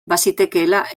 bazitekeela